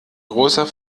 großer